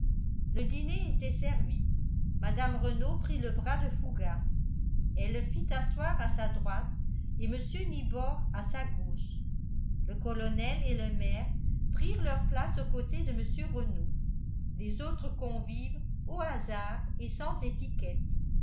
le dîner était servi mme renault prit le bras de fougas elle le fit asseoir à sa droite et mr nibor à sa gauche le colonel et le maire prirent leurs places aux côtés de mr renault les autres convives au hasard et sans étiquette